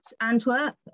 Antwerp